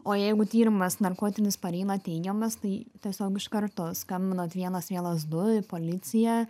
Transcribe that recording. o jeigu tyrimas narkotinis pareina teigiamas tai tiesiog iš karto skambinat vienas vienas du į policiją